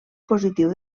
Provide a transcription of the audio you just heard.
positiu